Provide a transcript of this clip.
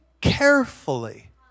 carefully